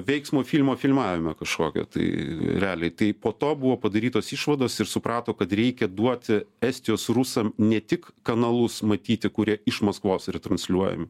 veiksmo filmo filmavime kažkokia tai realiai tai po to buvo padarytos išvados ir suprato kad reikia duoti estijos rusam ne tik kanalus matyti kurie iš maskvos retransliuojami